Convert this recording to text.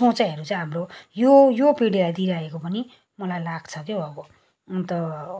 सोचाइहरू चाहिँ हाम्रो यो यो पिँढीलाई दिइरहेको पनि मलाई लाग्छ क्या हौ अब अन्त